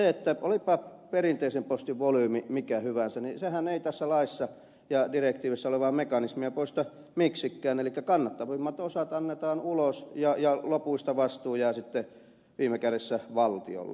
mutta olipa perinteisen postin volyymi mikä hyvänsä niin sehän ei tässä laissa ja direktiivissä olevaa mekanismia poista miksikään eli kannattavimmat osat annetaan ulos ja lopuista vastuu jää sitten viime kädessä valtiolle